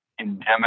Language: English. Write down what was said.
endemic